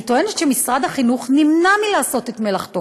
אני טוענת שמשרד החינוך נמנע מלעשות את מלאכתו